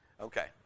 Okay